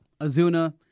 Azuna